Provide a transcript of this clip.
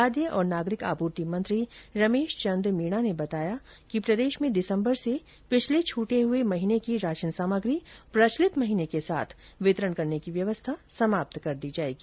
खाद्य और नागरिक आपूर्ति मंत्री रमेश चन्द मीणा ने बताया कि प्रदेश में दिसम्बर से पिछले छटे हुए माह की राशन सामग्री प्रचलित माह के साथ वितरण करने की व्यवस्था समाप्त कर दी जायेगी